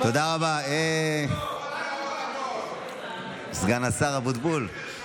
תבוא אליי הביתה, תשמע ברכות, סגן השר אבוטבול.